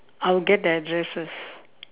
I'll get the address first